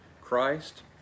Christ